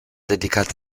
dedicata